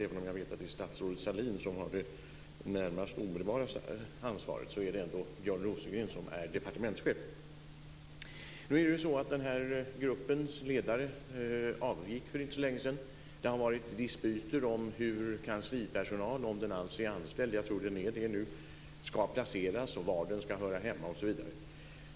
Även om jag vet att det är statsrådet Sahlin som har det omedelbara ansvaret är det ändå Björn Rosengren som är departementschef. Nu avgick gruppens ledare för inte så länge sedan. Det har varit dispyter om hur kanslipersonal - om den alls är anställd, jag tror att den är det nu - ska placeras, var den ska höra hemma, osv.